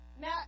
Now